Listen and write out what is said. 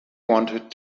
wanted